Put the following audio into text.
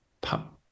pop